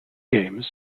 games